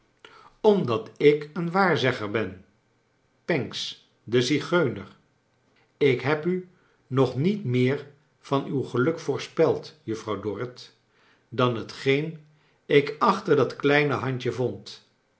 omdat ik een waarzegger ben pancks de zigeuner ik heb u nog niet meer van uw geluk voorspeld juffrouw dorrit dan hetgeen ik achdat kleine handje vond